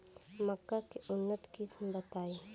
मक्का के उन्नत किस्म बताई?